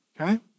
okay